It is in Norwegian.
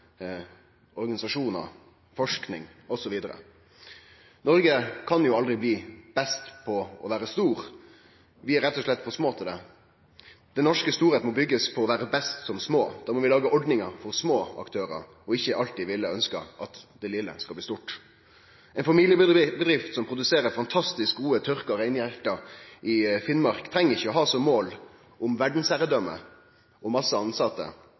organisasjonar, forskarar osv. Noreg kan aldri bli best på å vere stor. Vi er rett og slett for små til det. Den norske stordomen må byggjast på å vere best som små. Da må vi lage ordningar for små aktørar og ikkje alltid ville ønskje at det vesle skal bli stort. Ei familiebedrift som produserer fantastisk gode tørka reinhjarte i Finnmark, treng ikkje å ha verdsherredøme og masse tilsette som mål.